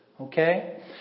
Okay